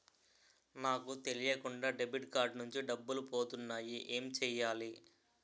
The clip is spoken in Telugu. నాకు తెలియకుండా డెబిట్ కార్డ్ నుంచి డబ్బులు పోతున్నాయి ఎం చెయ్యాలి?